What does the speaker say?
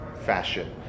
fashion